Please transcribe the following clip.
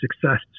success